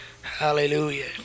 Hallelujah